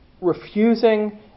refusing